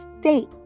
state